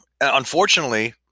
unfortunately